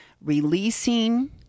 releasing